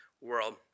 world